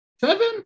seven